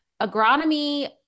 agronomy